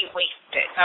wasted